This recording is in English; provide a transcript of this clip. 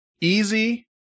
easy